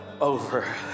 over